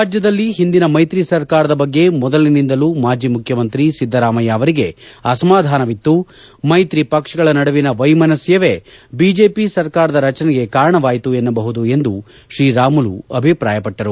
ರಾಜ್ಯದಲ್ಲಿ ಓಂದಿನ ಮೈತ್ರಿ ಸರ್ಕಾರದ ಬಗ್ಗೆ ಮೊದಲಿನಿಂದಲೂ ಮಾಜಿ ಮುಖ್ಯಮಂತ್ರಿ ಸಿದ್ದರಾಮಯ್ಯ ಅವರಿಗೆ ಅಸಮಾದಾನವಿತ್ತು ಮೈತ್ರಿ ಪಕ್ಷಗಳ ನಡುವಿನ ವೈಮನಸ್ಥವೇ ಬಿಜೆಪಿ ಸರ್ಕಾರದ ರಚನೆಗೆ ಕಾರಣವಾಯಿತು ಎನ್ನಬಹುದು ಎಂದು ಶ್ರೀರಾಮುಲು ಅಭಿಪ್ರಾಯಪಟ್ಟರು